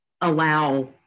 allow